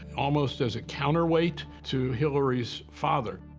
almost as a counterweight to hillary's father.